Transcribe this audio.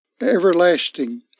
Everlasting